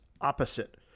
opposite